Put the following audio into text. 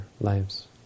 lives